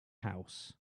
house